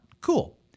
Cool